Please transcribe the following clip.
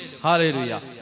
Hallelujah